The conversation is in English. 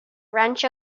wrench